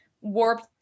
warped